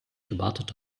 gewartet